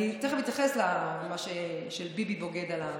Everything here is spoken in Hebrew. אני תכף אתייחס לזה, ו"ביבי בוגד" על זה,